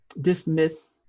dismiss